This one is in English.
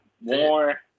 more